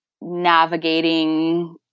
navigating